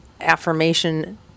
affirmation